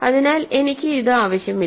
അതിനാൽ എനിക്ക് ഇത് ആവശ്യമില്ല